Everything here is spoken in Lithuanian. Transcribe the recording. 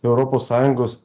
europos sąjungos